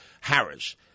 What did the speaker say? Harris